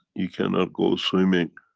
you cannot go swimming